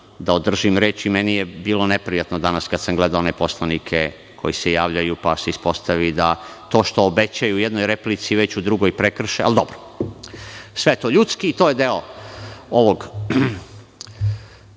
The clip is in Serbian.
da održim reč. Meni je bilo neprijatno danas kad sam gledao one poslanike koji se javljaju pa se ispostavi da to što obećaju u jednoj replici veću drugoj prekrše, ali dobro, sve je to ljudski, to je deo ovog